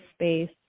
space